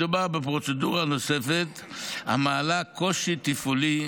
מדובר בפרוצדורה נוספת המעלה קושי תפעולי,